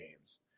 games